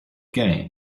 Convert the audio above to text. game